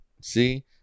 see